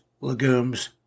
legumes